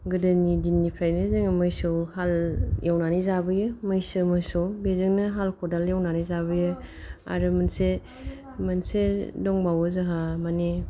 गोदोनि दिननिफायनो जोङो मोसौ हाल एवनानै जाबोयो मैसो मोसौ बेजोंनो हाल ख'दाल एवनानै जाबोयो आरो मोनसे मोनसे दंबावो जोंहा माने